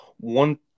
one